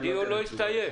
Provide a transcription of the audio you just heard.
הדיון לא הסתיים.